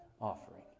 offering